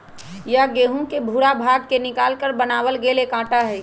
यह गेहूं के भूरा भाग के निकालकर बनावल गैल एक आटा हई